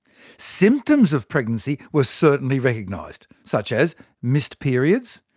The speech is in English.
symptoms of pregnancy were certainly recognized such as missed periods,